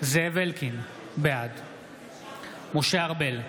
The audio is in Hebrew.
זאב אלקין, בעד משה ארבל,